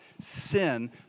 Sin